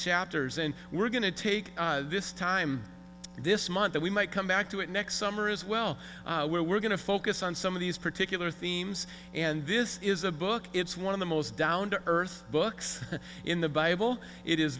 chapters and we're going to take this time this month that we might come back to it next summer as well where we're going to focus on some of these particular themes and this is a book it's one of the most down to earth books in the bible it is